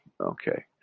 Okay